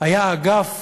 היה האגף